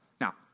Now